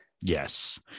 Yes